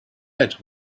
lettre